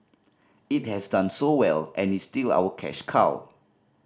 it has done so well and is still our cash cow